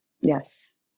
Yes